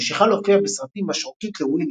המשיכה להופיע בסרטים "משרוקית לווילי",